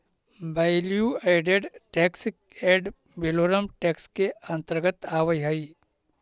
value added tax ad valorem tax के अंतर्गत आवऽ हई